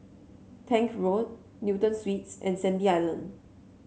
Tank Road Newton Suites and Sandy Island